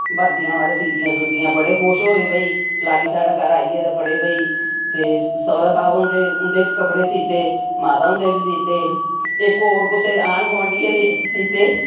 बर्दियां माराज सीतियां सूतियां बड़े खुश होए भाई लाड़ी साढ़े घर आई ऐ ते बडे़ भाई ते सौहरे साह्ब उं'दे बी कपड़े सीते माता उं'दे बी सीते इक और कुसै दे आंढी गुआंढियें दे सीते